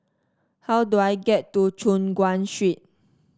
how do I get to Choon Guan Street